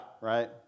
right